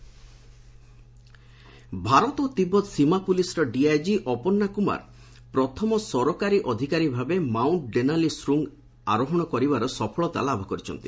ITBP Denali Bharat Tibet ସୀମା ପୁଲିସ୍ର DIG Aparna Kumar ପ୍ରଥମ ସରକାରୀ ଅଧିକାରୀ ଭାବେ ମାଉଣ୍ଟ ଡେନାଲି ଶୃଙ୍ଗ ଆରୋହଣ କରିବାର ସଫଳତା ଲାଭ କରିଛନ୍ତି